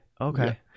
Okay